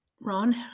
Ron